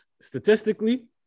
statistically